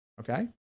Okay